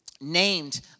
named